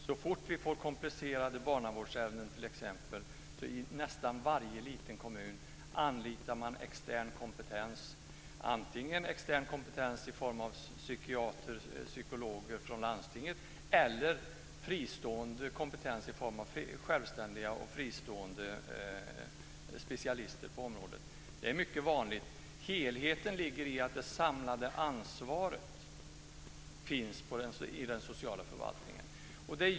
Fru talman! Den helhet som socialutskottets ordförande efterlyser när det gäller socialtjänsten finns i princip inte i någon av de mindre kommunerna i dag. Så snart som man i en liten kommun t.ex. får komplicerade barnavårdsärenden anlitar man i nästan varje fall extern kompetens, antingen i form av psykiatrer eller psykologer från landstinget eller i form av fristående specialister på området. Det är mycket vanligt. Helheten ligger i att den sociala förvaltningen har det samlade ansvaret.